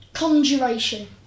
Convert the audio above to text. Conjuration